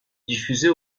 diffusée